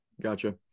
gotcha